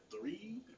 three